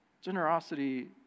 generosity